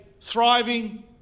thriving